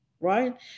right